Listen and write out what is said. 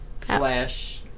slash